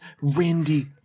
Randy